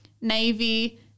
Navy